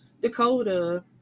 dakota